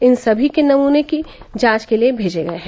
इन सभी के नमूने भी जांच के लिए भेजे गए हैं